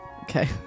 Okay